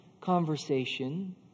conversation